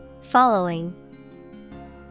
Following